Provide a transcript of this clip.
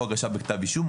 או הגשה בכתב אישום,